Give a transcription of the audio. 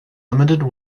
limited